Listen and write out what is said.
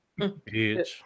Bitch